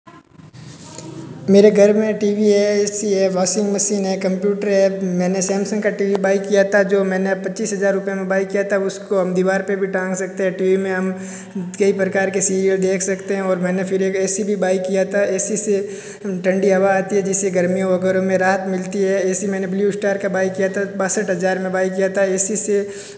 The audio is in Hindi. मेरे घर में टी वी है ए सी है वासिंग मसीन है कंप्यूटर है मैंने सैमसंग का टी वी बाई किया था जो मैंने पच्चीस हज़ार रुपए में बाई किया था उसको हम दीवार पे भी टांग सकते हैं टी वी में हम कई प्रकार के सीरियल देख सकते हैं और मैंने फिर एक ए सी भी बाई किया था ए सी से ठंडी हवा आती है जिससे गर्मियों वगैरों में राहत मिलती है ए सी मैंने ब्लू श्टार का बाई किया था बासठ हज़ार में बाइ किया था ए सी से